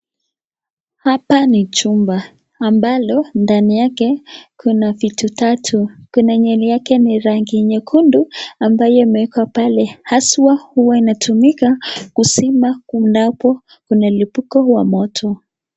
Hapa ni chumba ambalo ndani yake kuna vitu tatu, kuna yenye yake ni rangi nyekundu ambayo imewekwa pale haswa huwa inatumika kuzima kunapo mlipuko wa moto.